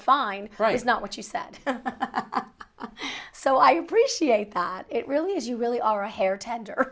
fine right is not what you said so i appreciate that it really is you really are a hare tender